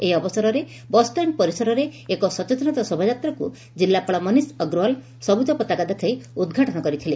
ଏହି ଅବସରରେ ବସ୍ଷାଣ୍ଡ ପରିସରରେ ଏକ ସଚେତନତା ଶୋଭାଯାତ୍ରା କୁ ଜିଲ୍ଲାପାଳ ମନିଷ ଅଗ୍ରଓ୍ୱାଲ ସବୁଜ ପତାକା ଦେଖାଇ ଉଦ୍ଘାଟନ କରିଥିଲେ